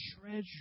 treasure